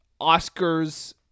Oscars